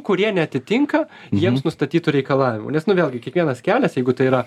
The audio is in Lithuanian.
kurie neatitinka jiems nustatytų reikalavimų nes nu vėlgi kiekvienas kelias jeigu tai yra